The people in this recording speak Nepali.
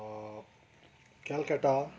कलकत्ता